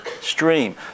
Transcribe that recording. stream